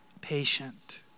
patient